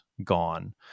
gone